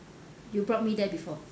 you brought me there before